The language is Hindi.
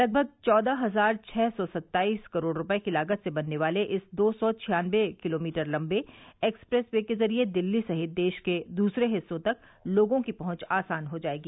लगभग चौदह हजार छ ं सौ सत्ताईस करोड़ रूपये की लागत से बनने वाले इस दो सौ छियानवे किलोमीटर लम्बे एक्सप्रेस वे के जरिये दिल्ली सहित देश के दूसरे हिस्सों तक लोगों की पहुंच आसान हो जायेगी